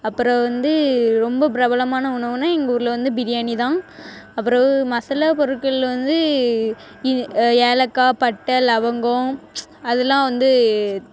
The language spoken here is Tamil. அப்பிறவு வந்து ரொம்ப பிரபலமான உணவுன்னா எங்கள் ஊரில் வந்து பிரியாணி தான் அப்பிறவு மசாலா பொருட்கள் வந்து இ ஏலக்காய் பட்ட லவங்கம் அதெலாம் வந்து